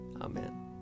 Amen